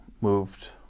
moved